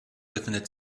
befindet